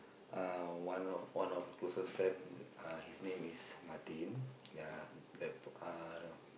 uh one of one of closest friend uh his name is Martin ya the uh